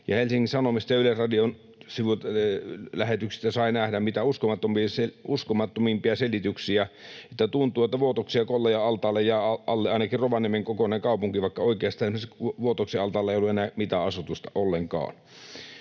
Helsingin Sanomista ja Yleisradion lähetyksistä sai nähdä mitä uskomattomimpia selityksiä, niin että tuntui, että Vuotoksen ja Kollajan altaiden alle jää ainakin Rovaniemen kokoinen kaupunki, vaikka oikeasti esimerkiksi Vuotoksen altaalla ei ollut enää mitään asutusta ollenkaan.